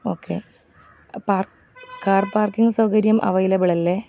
okay par car parking സൗകര്യം available അല്ലേ